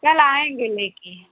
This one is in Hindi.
कल आएँगें लेकर